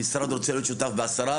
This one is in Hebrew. המשרד רוצה להיות שותף ב-10,